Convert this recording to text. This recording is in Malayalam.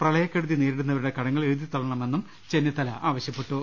പ്രള യക്കെടുതി നേരിടുന്നവരുടെ കടങ്ങൾ എഴുതിതള്ളണമെന്നും ചെ ന്നിത്തല ആവശ്യപ്പെട്ടു